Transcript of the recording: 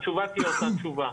התשובה תהיה אותה תשובה.